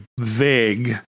vague